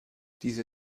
diese